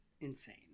insane